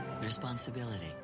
Responsibility